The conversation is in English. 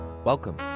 Welcome